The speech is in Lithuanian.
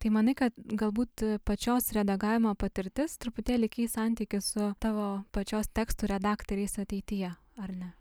tai manai kad galbūt pačios redagavimo patirtis truputėlį keis santykį su tavo pačios tekstų redaktoriais ateityje ar ne